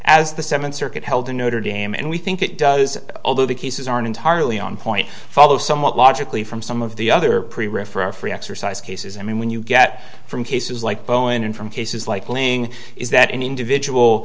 as the seventh circuit held in notre dame and we think it does although the cases aren't entirely on point follow somewhat logically from some of the other free exercise cases i mean when you get from cases like boeing and from cases like ling is that an individual